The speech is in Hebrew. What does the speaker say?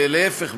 להפך,